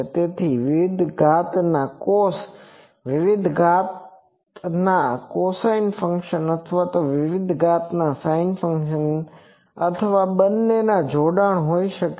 તે વિવિધ ઘાતના cos વિવિધ ઘાતના cosine ફંક્શન અથવા વિવિધ ઘાતના sin ફંક્શન અથવા બંનેના જોડાણ વગેરે હોઈ શકે છે